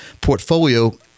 portfolio